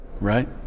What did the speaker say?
Right